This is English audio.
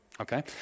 Okay